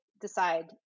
decide